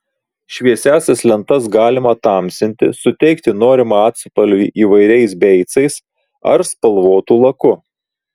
šviesiąsias lentas galima tamsinti suteikti norimą atspalvį įvairiais beicais ar spalvotu laku